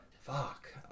fuck